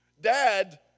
dad